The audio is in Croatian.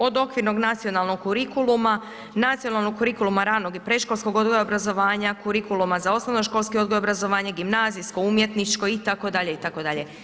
Od okvirnog nacionalnog kurikuluma, nacionalnog kurikuluma ranog i predškolskog odgoja obrazovanja, kurikuluma za osnovnoškolski odgoj obrazovanja, gimnazijsko, umjetničko itd.,, itd.